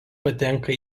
patenka